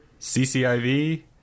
CCIV